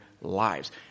lives